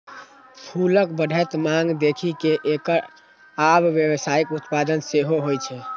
फूलक बढ़ैत मांग देखि कें एकर आब व्यावसायिक उत्पादन सेहो होइ छै